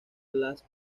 los